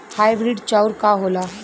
Hybrid चाउर का होला?